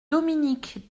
dominique